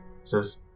says